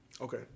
Okay